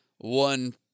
one